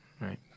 Right